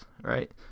Right